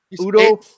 Udo